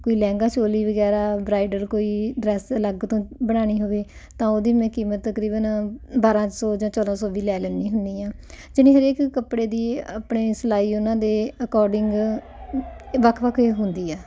ਕੋਈ ਲਹਿੰਗਾ ਚੋਲੀ ਵਗੈਰਾ ਬਰਾਈਡਰ ਕੋਈ ਡਰੈਸ ਅਲੱਗ ਤੋਂ ਬਣਾਉਣੀ ਹੋਵੇ ਤਾਂ ਉਹਦੀ ਮੈਂ ਕੀਮਤ ਤਕਰੀਬਨ ਬਾਰਾਂ ਸੌ ਜਾਂ ਚੌਦਾਂ ਸੌ ਵੀ ਲੈ ਲੈਂਦੀ ਹੁੰਦੀ ਹਾਂ ਯਾਨੀ ਹਰੇਕ ਕੱਪੜੇ ਦੀ ਆਪਣੇ ਸਿਲਾਈ ਉਹਨਾਂ ਦੇ ਅਕੋਰਡਿੰਗ ਵੱਖ ਵੱਖ ਹੁੰਦੀ ਆ